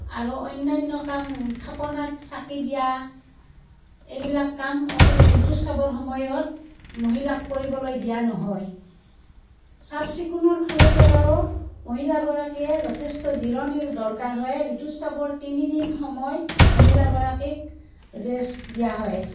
আৰু অন্যান্য কাম থাপনাত চাকি দিয়া এইবিলাক কাম অসুবি ঋতুস্ৰাৱৰ সময়ত মহিলাক কৰিবলৈ দিয়া নহয় চাফ চিকুণৰ ফালৰ পৰাও মহিলাগৰাকীয়ে যথেষ্ট জিৰণিৰ দৰকাৰ হয় ঋতুস্ৰাৱৰ তিনিদিন সময় মহিলাগৰাকীক ৰেষ্ট দিয়া হয়